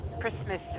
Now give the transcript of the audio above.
Christmas